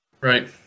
right